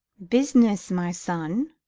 business, my son.